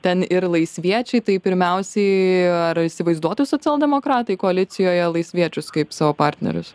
ten ir laisviečiai tai pirmiausiai ir įsivaizduotų socialdemokratai koalicijoje laisviečius kaip savo partnerius